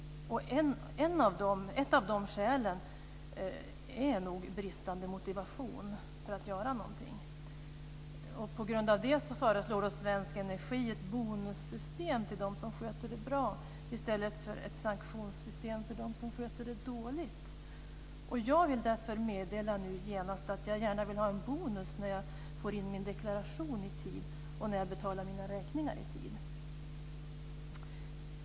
Ett av de skälen är bristande motivation för att göra någonting. På grund av det föreslår Svensk Energi ett bonussystem för dem som sköter det bra i stället för ett sanktionssystem för dem som sköter det dåligt. Jag vill därför genast meddela att jag gärna vill ha bonus när jag lämnar in min deklaration i tid och när jag betalar mina räkningar i tid.